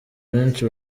benshi